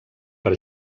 per